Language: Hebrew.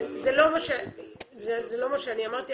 זה לא מה שאני אמרתי.